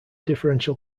differential